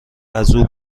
ازاو